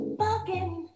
bugging